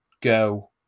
go